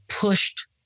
pushed